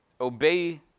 obey